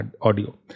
audio